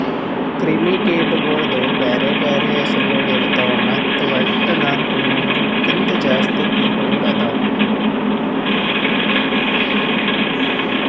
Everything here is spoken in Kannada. ಕ್ರಿಮಿ ಕೀಟಗೊಳ್ದು ಬ್ಯಾರೆ ಬ್ಯಾರೆ ಹೆಸುರಗೊಳ್ ಇರ್ತಾವ್ ಮತ್ತ ವಟ್ಟ ನಾಲ್ಕು ನೂರು ಕಿಂತ್ ಜಾಸ್ತಿ ಕೀಟಗೊಳ್ ಅವಾ